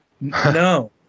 no